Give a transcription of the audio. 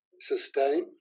sustain